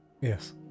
Yes